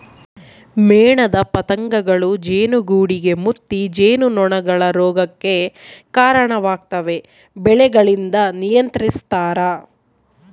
ಮೇಣದ ಪತಂಗಗಳೂ ಜೇನುಗೂಡುಗೆ ಮುತ್ತಿ ಜೇನುನೊಣಗಳ ರೋಗಕ್ಕೆ ಕರಣವಾಗ್ತವೆ ಬೆಳೆಗಳಿಂದ ನಿಯಂತ್ರಿಸ್ತರ